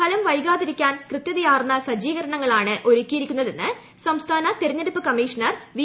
ഫലം വൈകാതിരിക്കു്ന്ന് കൃത്യതയാർന്ന സജ്ജീകരണങ്ങളാണ് ഒരുക്കിയിരിക്കുന്നതെന്ന് സംസ്ഥാന തിരഞ്ഞെടുപ്പ് കമ്മിഷണർ വീ